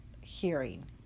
hearing